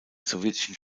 sowjetischen